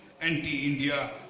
anti-India